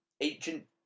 ancient